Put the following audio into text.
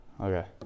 Okay